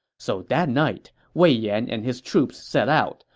so that night, wei yan and his troops set out.